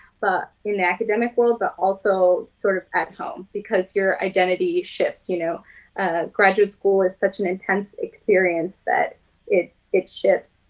but in the academic world, but also sort of at home. because your identity shifts. you know ah graduate school is such an intense experience that it it shifts.